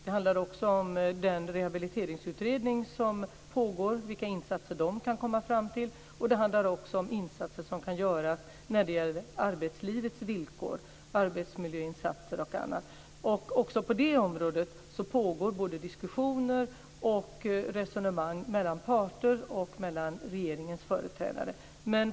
Det handlar också om vilka insatser den rehabiliteringsutredning som pågår kan komma fram till, och det handlar om insatser som kan göras när det gäller arbetslivets villkor - arbetsmiljöinsatser och annat. Också på det området pågår både diskussioner och resonemang mellan parter och mellan regeringens företrädare.